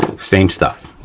same stuff,